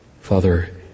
Father